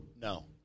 no